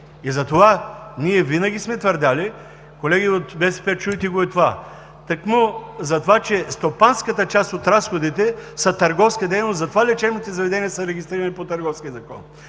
разходи? Ние винаги сме твърдели – колеги от БСП, чуйте и това: тъкмо затова, че стопанската част от разходите са търговска дейност, лечебните заведения са регистрирани по Търговския закон.